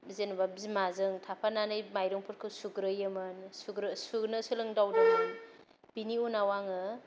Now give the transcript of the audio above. जेन'बा बिमाजों थाफानानै माइरंफोरखौ सुग्रोयोमोन सुग्रोयो सुनो सोलोंदावदोंमोन बिनि उनाव आङो